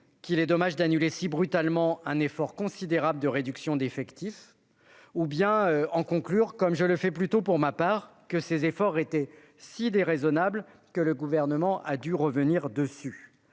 qu'il est dommage d'annuler si brutalement un effort considérable de réduction d'effectifs ou conclure, comme je le fais, que ces efforts étaient si déraisonnables que le Gouvernement a dû revenir dessus.